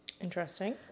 Interesting